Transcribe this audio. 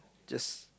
just